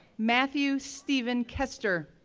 matthew steven koester,